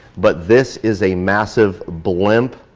but this is a massive blimp